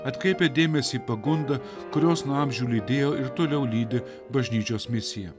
atkreipė dėmesį į pagundą kurios nuo amžių lydėjo ir toliau lydi bažnyčios misija